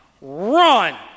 run